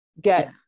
get